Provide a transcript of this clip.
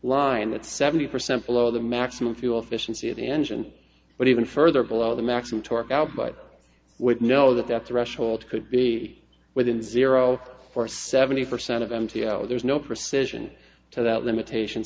line at seventy percent below the maximum fuel efficiency of the engine but even further below the maximum torque out but would know that that threshold could be within zero or seventy percent of mt oh there's no precision to that limitation